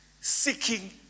Seeking